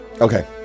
Okay